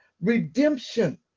redemption